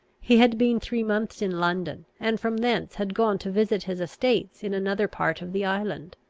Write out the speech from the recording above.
he had been three months in london, and from thence had gone to visit his estates in another part of the island.